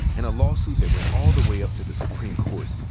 and a lawsuit that went all the way up to the supreme court.